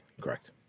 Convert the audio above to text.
Correct